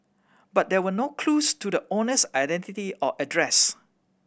but there were no clues to the owner's identity or address